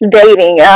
dating